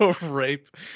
rape